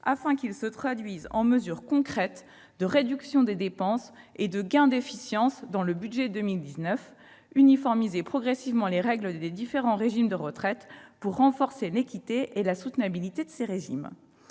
afin qu'ils se traduisent en mesures concrètes de réduction des dépenses et de gain d'efficience dans le budget 2019 »; et « uniformiser progressivement les règles des différents régimes de retraite pour renforcer l'équité et la soutenabilité de ces régimes